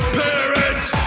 parents